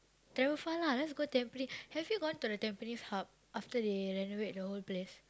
travel far lah let's go Tampines have you gone to the Tampines-Hub after they renovated the old place